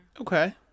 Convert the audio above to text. Okay